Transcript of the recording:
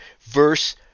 verse